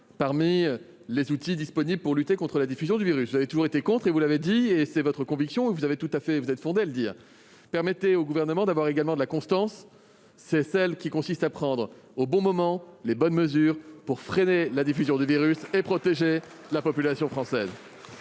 parmi les outils disponibles pour lutter contre la diffusion du virus. Vous avez toujours été contre, vous l'avez dit, c'est votre conviction et vous êtes fondé à l'exprimer. Permettez au Gouvernement de faire également preuve de constance : celle qui consiste à prendre au bon moment les bonnes mesures pour freiner la diffusion du virus et protéger la population française.